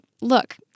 look